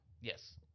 Yes